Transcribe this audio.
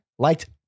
liked